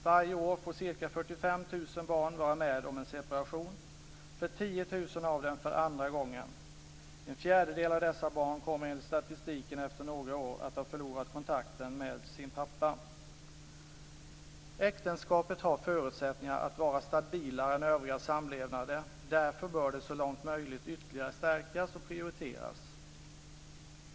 Varje år får ca 45 000 barn vara med om en separation, för 10 000 av dem för andra gången. En fjärdedel av dessa barn kommer enligt statistiken att efter några år helt förlora kontakten med sin pappa. Äktenskapet har förutsättningar att vara stabilare än övriga samlevnader. Därför bör det så långt möjligt ytterligare stärkas och prioriteras.